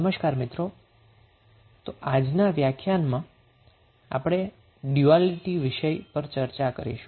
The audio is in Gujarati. નમસ્કાર તો આજ ના લેક્ચરમાં આપણે ડયુઆલીટી વિષય પર ચર્ચા કરીશું